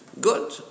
Good